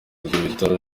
ibitabo